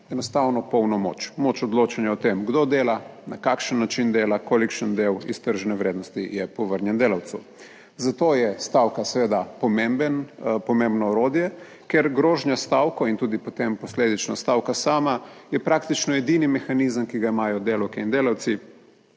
enostavno polno moč, moč odločanja o tem kdo dela, na kakšen način dela, kolikšen del iztržene vrednosti je povrnjen delavcu. Zato je stavka seveda pomemben, pomembno orodje, ker grožnja s stavko in tudi potem posledično stavka sama je praktično edini mehanizem, ki ga imajo delavke in delavci,